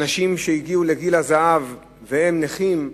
אנשים שהגיעו לגיל הזהב והם נכים,